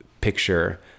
picture